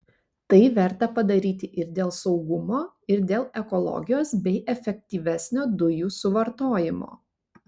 tai verta padaryti ir dėl saugumo ir dėl ekologijos bei efektyvesnio dujų suvartojimo